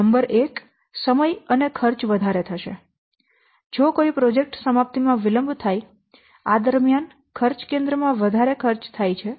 number એક સમય અને ખર્ચ વધારે થશે જો કોઈ પ્રોજેક્ટ સમાપ્તિ માં વિલંબ થાય આ દરમિયાન ખર્ચ કેન્દ્ર માં વધારે ખર્ચ થાય છે